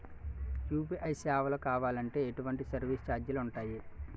UPI సేవలను కావాలి అంటే ఎటువంటి సర్విస్ ఛార్జీలు ఉంటాయి?